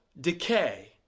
decay